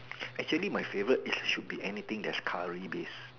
actually my favourite is should be anything that's curry base